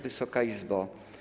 Wysoka Izbo!